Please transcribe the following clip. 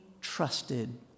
trusted